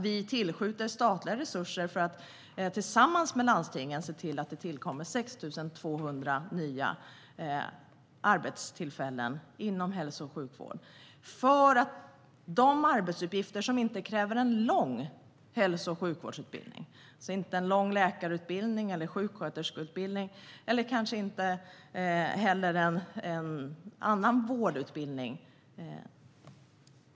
Vi tillskjuter statliga resurser för att tillsammans med landstingen se till att det tillkommer 6 200 nya arbetstillfällen inom hälso och sjukvård. Dessa personer kan göra de arbeten som inte kräver en lång läkarutbildning, sjuksköterskeutbildning eller annan vårdutbildning.